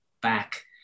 back